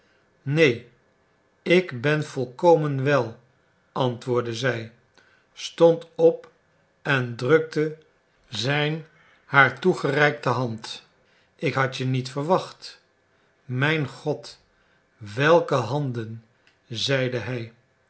neen ik ben volkomen wel antwoordde zij stond op en drukte zijn haar toegereikte hand ik had je niet verwacht mijn god welke handen zeide hij